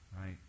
Right